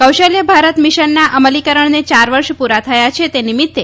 કૌશલ્ય ભારત મિશનના અમલીકરણને ચાર વર્ષ પુરા થયા છે તે નિમિત્તે